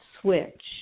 switch